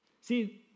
See